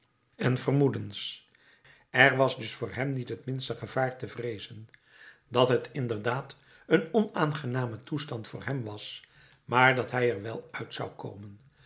en vermoedens er was voor hem dus niet het minste gevaar te vreezen dat het inderdaad een onaangename toestand voor hem was maar dat hij er wel uit zou komen